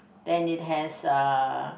then it has uh